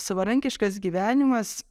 savarankiškas gyvenimas